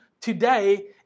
today